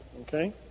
okay